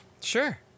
sure